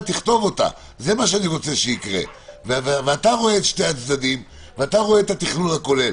ואתה רואה את שני הצדדים ואת התכלול הכולל.